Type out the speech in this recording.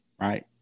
right